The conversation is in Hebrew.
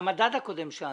על המדד הקודם שאלתי.